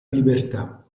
libertà